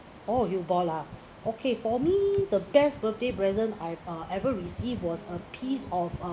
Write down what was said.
oh U-Boat lah okay for me the best birthday present I've uh ever received was a piece of uh